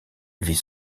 vit